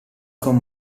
con